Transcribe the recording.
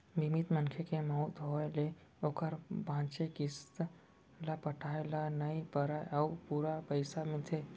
बीमित मनखे के मउत होय ले ओकर बांचे किस्त ल पटाए ल नइ परय अउ पूरा पइसा मिलथे